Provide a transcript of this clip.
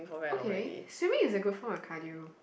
okay swimming is a good for a cardio